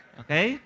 okay